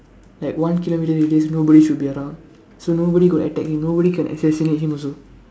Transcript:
like one kilometer there is nobody should be around so nobody could attack him nobody can assassinate him also